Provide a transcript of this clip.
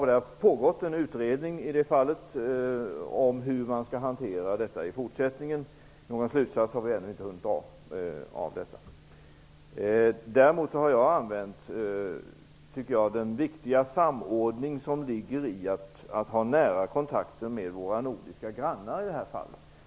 Det har i det fallet pågått en utredning om hur detta skall hanteras i fortsättningen. Någon slutsats har vi ännu inte hunnit dra i det avseendet. Däremot har jag utnyttjat den, tycker jag, viktiga samordning som ligger i att ha nära kontakter med våra nordiska grannar i det här fallet.